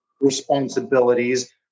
responsibilities